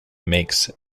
makes